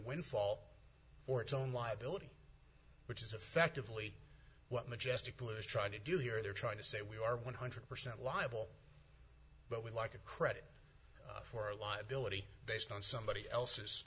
windfall for its own liability which is effectively what majestical is trying to do here they're trying to say we are one hundred percent liable but we're like a credit for our liability based on somebody else's